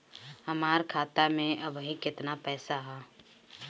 हमार खाता मे अबही केतना पैसा ह?